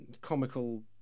comical